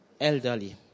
Elderly